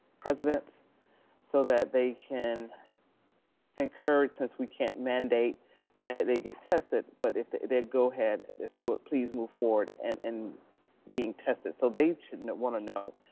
presidents so that they can encourage, since we can't mandate that they get tested, but if they'd go ahead, if they would please move forward and and being tested. so they and want to know,